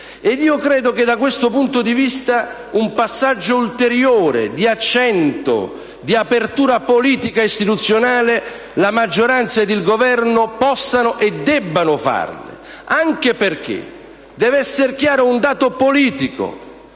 Credo che, da questo punto di vista, un passaggio ulteriore di accento, di apertura politica ed istituzionale la maggioranza e il Governo possano e debbano fare, anche perché deve essere chiaro un dato politico,